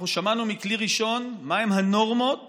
אנחנו שמענו מכלי ראשון מהן הנורמות